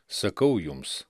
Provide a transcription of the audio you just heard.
sakau jums